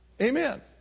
Amen